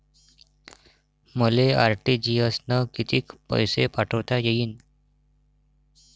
मले आर.टी.जी.एस न कितीक पैसे पाठवता येईन?